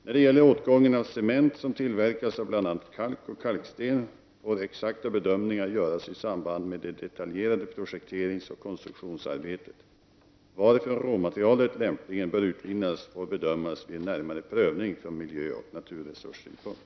När det gäller åtgången av cement som tillverkas av bl.a. kalk och kalksten får exakta bedömningar göras i samband med det detaljerade projekteringsoch konstruktionsarbetet. Varifrån råmaterialet lämpligen bör utvinnas får bedömas vid en närmare prövning från miljöoch naturresurssynpunkt.